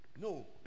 No